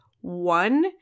one